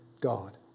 God